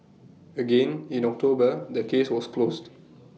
again in October the case was closed